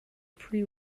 pre